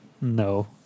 No